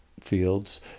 fields